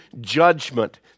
judgment